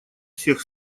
всех